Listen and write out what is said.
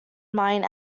mine